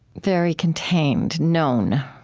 very contained, known.